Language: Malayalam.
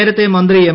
നേരത്തെ മന്ത്രി എം